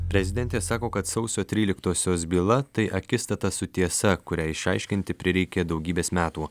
prezidentė sako kad sausio tryliktosios byla tai akistata su tiesa kurią išaiškinti prireikė daugybės metų